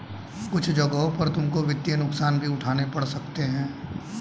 कुछ जगहों पर तुमको वित्तीय नुकसान भी उठाने पड़ सकते हैं